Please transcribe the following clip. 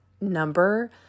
number